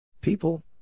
People